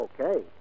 okay